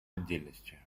отдельности